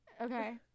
Okay